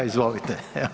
Izvolite.